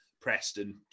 Preston